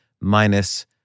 minus